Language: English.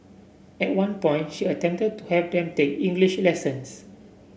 at one point she attempted to have them take English lessons